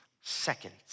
seconds